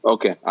Okay